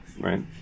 right